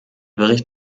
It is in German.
bericht